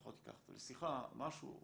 לפחות ייקח אותה לשיחה או משהו כזה.